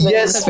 Yes